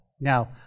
Now